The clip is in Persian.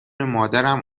مادرم